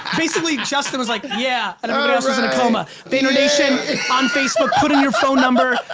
basically justin was like yeah and everybody else was in a coma. vaynernation on facebook, put in your phone number,